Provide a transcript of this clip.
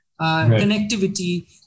connectivity